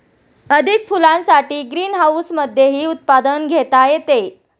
अधिक फुलांसाठी ग्रीनहाऊसमधेही उत्पादन घेता येते